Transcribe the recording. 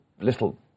little